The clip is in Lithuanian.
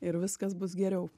ir viskas bus geriau